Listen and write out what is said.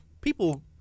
people